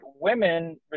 women